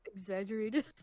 exaggerated